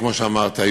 כמו שאמרתי,